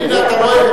אתה מוזמן לדבר,